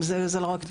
זה לא רק "טייזר",